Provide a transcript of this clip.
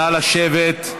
נא לשבת.